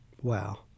Wow